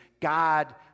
God